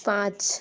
پانچ